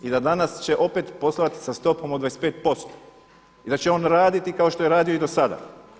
I da danas će opet poslovati sa stopom od 25% i da će on raditi kao što je radio i do sada.